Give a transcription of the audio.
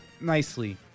nicely